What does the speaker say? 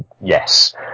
yes